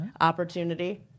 opportunity